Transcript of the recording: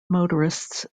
motorists